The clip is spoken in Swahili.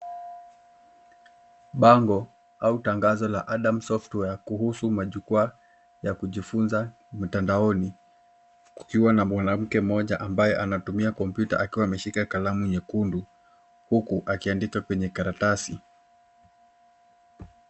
Bango au tangazo la Adams Software kuhusu majukwaa ya kujifunza mtandaoni kukiwa na mwanamke mmoja ambaye anatumia kompyuta akiwa ameshika kalamu nyekundu huku akiandika kwenye karatasi.